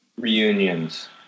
reunions